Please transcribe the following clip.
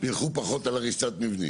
וילכו פחות על הריסת מבנים?